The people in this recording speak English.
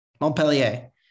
Montpellier